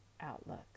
outlook